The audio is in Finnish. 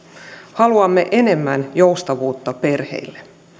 haluamme enemmän joustavuutta perheille